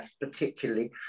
particularly